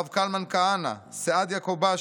הרב קלמן כהנא, סעדיה כובאשי,